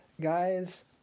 guys